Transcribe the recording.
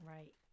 Right